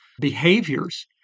behaviors